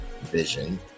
vision